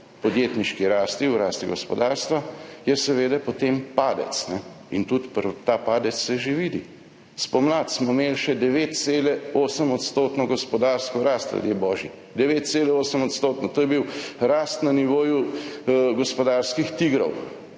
podjetniški rasti, v rasti gospodarstva je seveda potem padec. In tudi ta padec se že vidi. Spomladi smo imeli še 9,8 % gospodarsko rast, ljudje božji, 9,8 %, to je bil rast na nivoju gospodarskih tigrov,